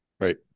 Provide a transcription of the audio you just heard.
Right